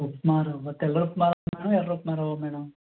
ఉప్మా రవ్వ తెల్ల ఉప్మా రవ్వ మేడం ఎర్ర ఉప్మా రవ్వ మేడం